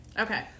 okay